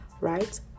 Right